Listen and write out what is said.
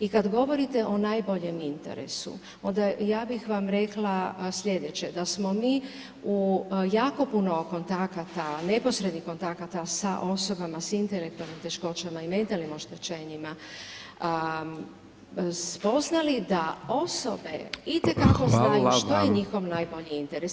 I kad govorite o najboljem interesu, onda ja bih vam rekla slijedeće, da smo mi u jako puno kontakata, neposrednih kontakata sa osobama s intelektualnim teškoćama i mentalnim oštećenjima spoznali da osobe itekako znaju što je njihov najbolji interes.